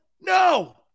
No